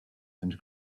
and